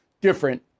different